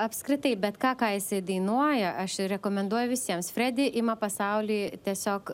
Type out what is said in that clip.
apskritai bet ką ką jisai dainuoja aš rekomenduoju visiems fredi ima pasaulį tiesiog